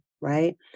right